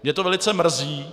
Mě to velice mrzí.